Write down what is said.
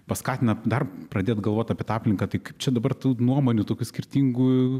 paskatina dar pradėt galvot apie tą aplinką taip kaip čia dabar tų nuomonių tokių skirtingų